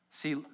See